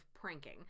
pranking